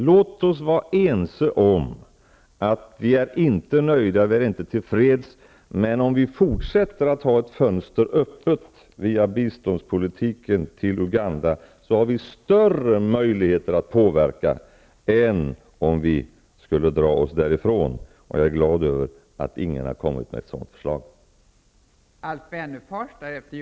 Låt oss vara ense om att vi inte är till freds, men om vi fortsätter att ha ett fönster öppet via bistånd till Uganda, har vi större möjligheter att påverka än om vi skulle dra oss därifrån. Jag är glad över att ingen har kommit med förslaget att vi skall dra tillbaka biståndet till Uganda.